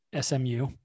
SMU